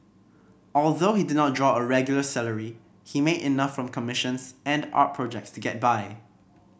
although he did not draw a regular salary he made enough from commissions and art projects to get by